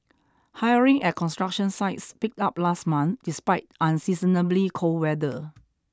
hiring at construction sites picked up last month despite unseasonably cold weather